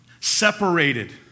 separated